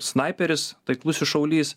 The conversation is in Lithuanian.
snaiperis taiklusis šaulys